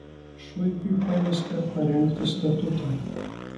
šuipiui pavesta parengti statutą